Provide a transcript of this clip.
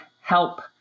help